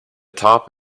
top